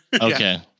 Okay